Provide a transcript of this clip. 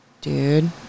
Dude